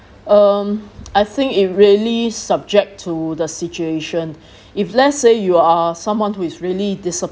um I think it really subject to the situation if let's say you are someone who is really discipline